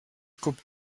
coupe